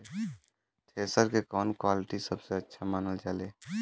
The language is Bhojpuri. थ्रेसर के कवन क्वालिटी सबसे अच्छा मानल जाले?